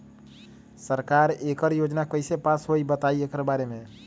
सरकार एकड़ योजना कईसे पास होई बताई एकर बारे मे?